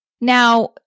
Now